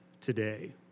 today